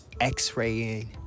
X-raying